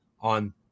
on